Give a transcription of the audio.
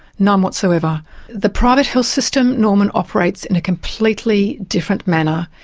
none whatsoever. the private health system, norman, operates in a completely different manner.